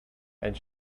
and